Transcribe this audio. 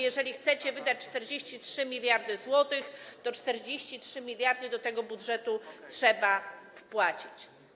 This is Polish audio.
Jeżeli chcecie wydać 43 mld zł, to 43 mld do tego budżetu trzeba wpłacić.